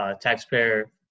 taxpayer